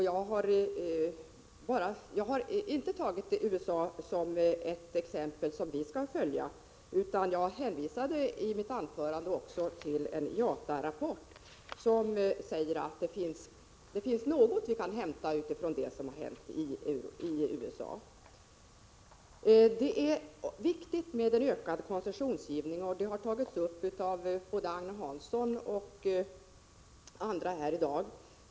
Jag har inte tagit USA som ett exempel som vi skall följa, utan jag hänvisade bara till en IATA-rapport som visar att det finns en del att hämta för oss av det som har hänt i USA. Det är viktigt med en ökad koncessionsgivning — det har tagits upp av både Agne Hansson och andra här i dag.